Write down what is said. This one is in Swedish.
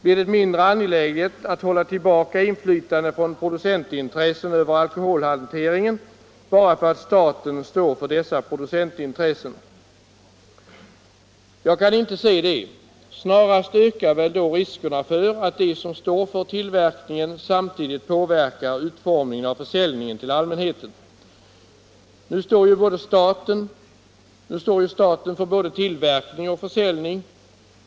Blir det mindre angeläget att hålla tillbaka inflytande från producentintressena över alkoholhanteringen bara därför att staten står för dessa producentintressen? Nej, jag kan inte se det. Snarast ökar väl då riskerna för att de som står för tillverkningen samtidigt påverkar utformningen av försäljningen till allmänheten. Nu står ju staten för både tillverkning och försäljning.